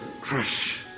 crush